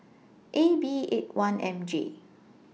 A B eight one M J